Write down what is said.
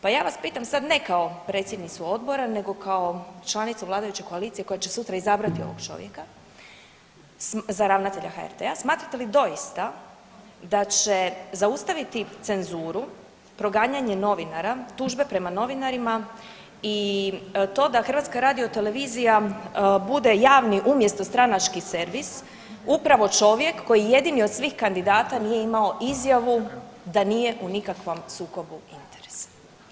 Pa ja vas pitam sad ne kao predsjednicu odbora, nego kao članicu vladajuće koalicije koja će sutra izabrati ovog čovjeka za ravnatelja HRT-a, smatrate li doista da će zaustaviti cenzuru proganjanje novinara, tužbe prema novinarima i to da HRT bude javni umjesto stranački servis upravo čovjek koji jedini od svih kandidata nije imao izjavu da nije u nikakvom sukobu interesa.